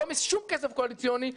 לא משום כסף קואליציוני,